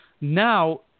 Now